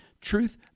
Truth